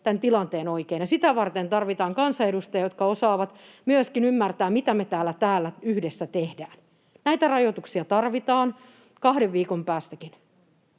tämän tilanteen oikein, ja sitä varten tarvitaan kansanedustajia, jotka osaavat myöskin ymmärtää, mitä me täällä yhdessä tehdään. Näitä rajoituksia tarvitaan kahden viikon päästäkin.